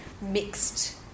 mixed